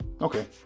Okay